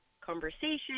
conversation